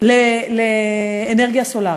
לאנרגיה סולרית.